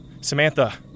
Samantha